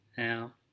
Now